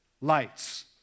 lights